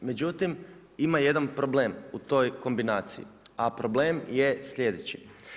Međutim, ima jedan problem u toj kombinaciji a problem je slijedeći.